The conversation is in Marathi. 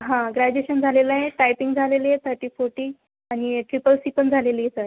हा ग्रॅज्युएशन झालेलं आहे टायपिंग झालेली आहे थर्टी फोर्टी आणि ट्रिपल सी पण झालेली आहे सर